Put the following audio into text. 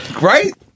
Right